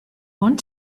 want